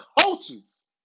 coaches